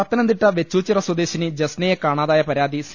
പത്തനംതിട്ട വെച്ചൂച്ചിറ സ്വദേശിനി ജസ്നയെ കാണാതായ പരാതി സി